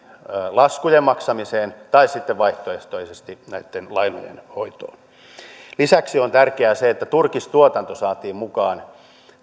laskujen maksamiseen tai sitten vaihtoehtoisesti lainojen hoitoon lisäksi on tärkeää se että turkistuotanto saatiin mukaan